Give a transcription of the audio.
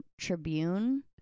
Tribune